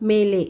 ಮೇಲೆ